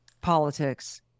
politics